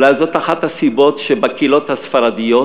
אולי זו אחת הסיבות לכך שבקהילות הספרדיות